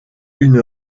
une